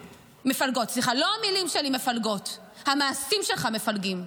מפלגות, המעשים שלך מפלגים.